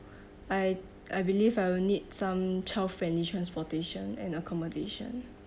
I I believe I will need some child-friendly transportation and accommodation